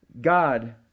God